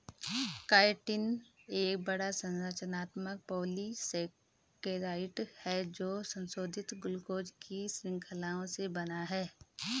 chitin एक बड़ा, संरचनात्मक पॉलीसेकेराइड है जो संशोधित ग्लूकोज की श्रृंखलाओं से बना है